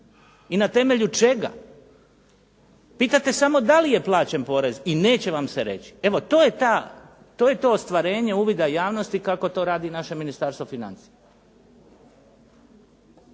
i na temelju čega, pitate samo da li je plaćen porez i neće vam se reći. Evo, to je to ostvarenje uvida javnosti kako to radi naše Ministarstvo financija.